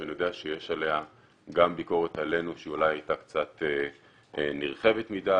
שאני יודע שיש עליה גם ביקורת עלינו שאולי הייתה קצת נרחבת מדי.